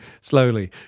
Slowly